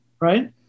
Right